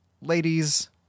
ladies